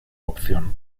opción